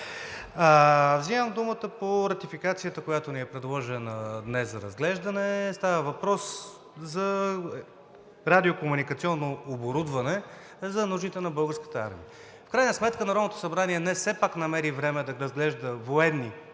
Вземам думата по ратификацията, която ни е предложена днес за разглеждане. Става въпрос за радиокомуникационно оборудване за нуждите на Българската армия. В крайна сметка Народното събрание днес все пак намери време да разглежда военни